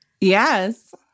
Yes